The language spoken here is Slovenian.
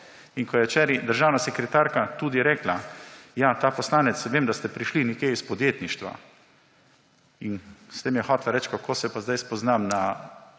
In ko je včeraj državna sekretarka tudi rekla, ja, poslanec, vem, da ste prišli nekje iz podjetništva. S tem je hotela reči, kako se pa sedaj spoznam na